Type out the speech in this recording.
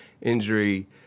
injury